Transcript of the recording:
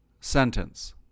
sentence